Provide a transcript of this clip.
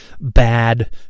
bad